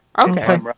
Okay